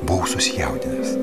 buvau susijaudinęs